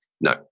No